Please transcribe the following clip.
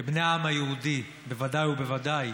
כבני העם היהודי בוודאי ובוודאי,